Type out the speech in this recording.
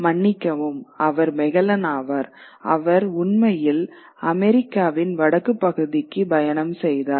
மன்னிக்கவும் அவர் மாகலென் அவர் உண்மையில் அமெரிக்காவின் வடக்கு பகுதிக்கு பயணம் செய்தார்